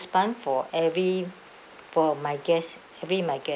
bun for every for my guest every of my gue~